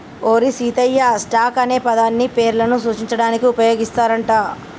ఓరి సీతయ్య, స్టాక్ అనే పదాన్ని పేర్లను సూచించడానికి ఉపయోగిస్తారు అంట